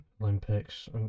Olympics